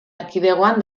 erkidegoan